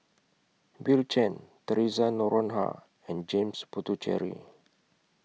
Bill Chen Theresa Noronha and James Puthucheary